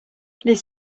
les